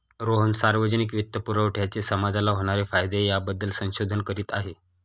रोहन सार्वजनिक वित्तपुरवठ्याचे समाजाला होणारे फायदे याबद्दल संशोधन करीत आहे